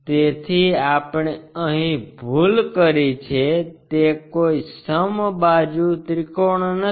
તેથી આપણે અહીં ભૂલ કરી છે તે કોઈ સમ બાજુ ત્રિકોણ નથી